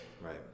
Right